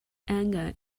anger